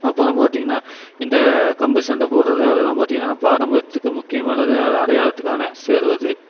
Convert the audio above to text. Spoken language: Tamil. அப்புறம் பார்த்திங்கனா இந்த கம்பு சண்டபோடுகிறது அதெலாம் பார்த்திங்கனா நம்ம பாரம்பரியத்துக்கு முக்கியமானது அது அடையாளத்துக்கான சேர்வது